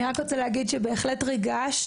אני רק רוצה להגיד שבהחלט ריגשת.